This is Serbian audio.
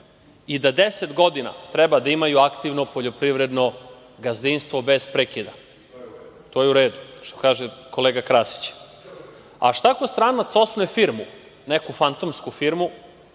i da 10 godina treba da imaju aktivno poljoprivredno gazdinstvo bez prekida. To je u redu, što kaže kolega Krasić. Šta ako stranac osnuje firmu, neku fantomsku firmu,